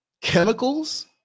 chemicals